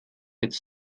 jetzt